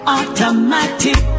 Automatic